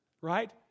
right